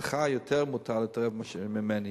לך יותר מותר להתערב ממני,